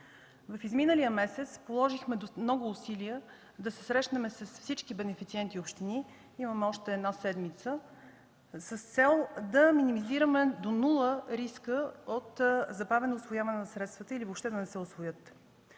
В изминалия месец положихме много усилия да се срещнем с всички бенефициенти и общини – имаме още една седмица – с цел да минимизираме до нула риска от забавено усвояване на средства или въобще да не се усвоят.